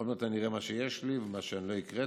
עוד מעט אני אראה מה יש לי ומה אני לא הקראתי.